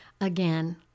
again